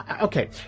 Okay